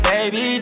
Baby